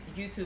youtube